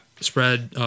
spread